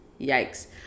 Yikes